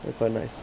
quite nice